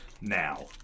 now